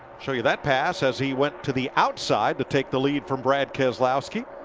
show you that pass as he went to the outside to take the lead from brad keslowski.